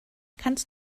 kannst